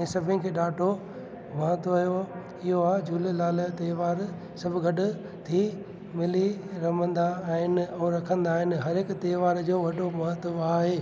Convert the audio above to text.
ऐं सभिनि खे ॾाढो महत्व इहो आहे झूलेलाल त्योहार सभु गॾु थी मिली रमंदा आहिनि ऐं रखंदा आहिनि हर हिकु त्योहार जो वॾो महत्व आहे